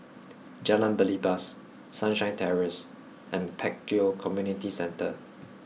Jalan Belibas Sunshine Terrace and Pek Kio Community Centre